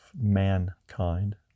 mankind